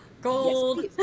Gold